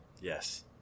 Yes